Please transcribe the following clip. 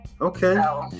Okay